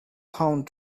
bound